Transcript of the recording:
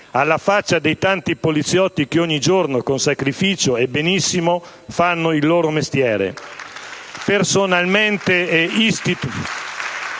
Alla faccia dei tanti poliziotti che ogni giorno, con sacrificio e benissimo, fanno il loro mestiere. *(Applausi dai Gruppi*